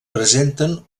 presenten